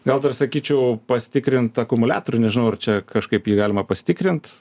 gal dar sakyčiau pasitikrint akumuliatorių nežinau ar čia kažkaip jį galima pasitikrint